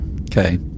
Okay